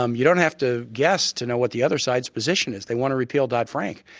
um you don't have to guess to know what the other side's position is. they want to repeal dodd-frank.